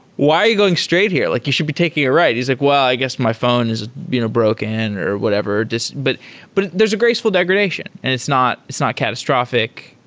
why are you going straight here? like you should be taking a right. he's like, well, i guess my phone is you know broken or whatever. but but there's a graceful degradation and it's not it's not catastrophic.